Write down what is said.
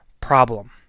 problem